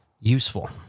useful